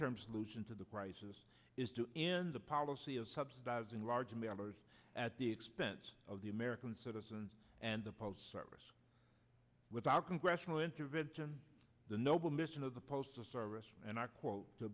term solution to the crisis is to in the policy of subsidizing large members at the expense of the american citizens and the postal service without congressional intervention the noble mission of the postal service and i quote to